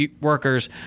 workers